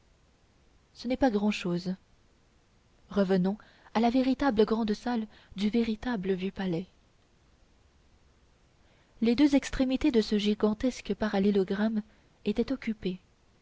ce n'est pas grand-chose revenons à la véritable grand salle du véritable vieux palais les deux extrémités de ce gigantesque parallélogramme étaient occupées